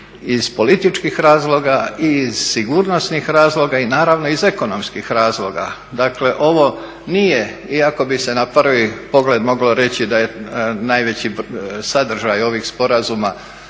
iz političkih razloga, i iz sigurnosnih razloga i naravno iz ekonomskih razloga. Dakle ovo nije, iako bi se na prvi pogled moglo reći da je najveći sadržaj ovih sporazuma